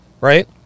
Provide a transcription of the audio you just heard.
Right